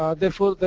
therefore,